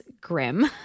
grim